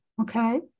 okay